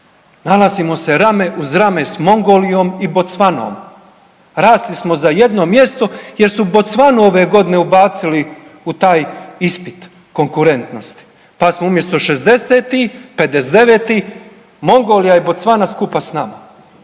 Nalazimo se rame uz rame s Mongolijom i Bocvanom, rasli smo za jedno mjesto jer su Bocvanu ove godine ubacili u taj ispit konkurentnosti pa smo umjesto 60., 59., Mongolija i Bocvana skupa s nama.